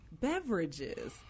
beverages